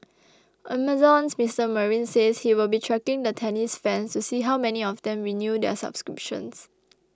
Amazon's Mister Marine says he will be tracking the tennis fans to see how many of them renew their subscriptions